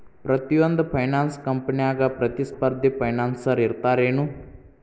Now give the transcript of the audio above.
ಪ್ರತಿಯೊಂದ್ ಫೈನಾನ್ಸ ಕಂಪ್ನ್ಯಾಗ ಪ್ರತಿಸ್ಪರ್ಧಿ ಫೈನಾನ್ಸರ್ ಇರ್ತಾರೆನು?